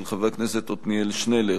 של חבר הכנסת עתניאל שנלר,